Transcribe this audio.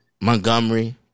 Montgomery